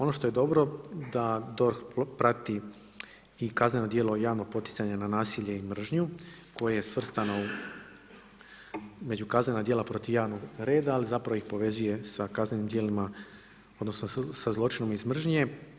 Ono što je dobro da DORH prati i kaznena djela javnog poticanja na nasilje i mržnju koje je svrstano među kaznena djela protiv javnog reda, ali zapravo ih povezuje sa kaznenim djelima, odnosno sa zločinom iz mržnje.